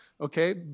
okay